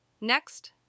Next